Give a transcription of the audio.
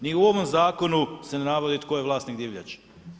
Ni u ovom zakonu se ne navodi tko je vlasnik divljači.